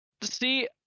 See